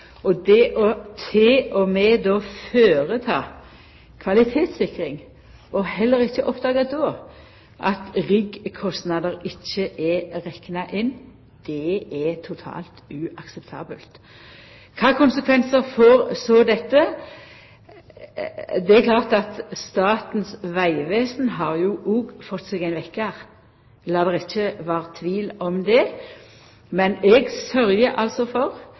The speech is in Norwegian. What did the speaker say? kvalitetssikring og heller ikkje då oppdaga at riggkostnader ikkje er rekna inn, er totalt uakseptabelt. Kva konsekvensar får så dette? Det er klart at Statens vegvesen òg har fått seg ein vekkjar – lat det ikkje vera tvil om det. Men eg sørgjer altså for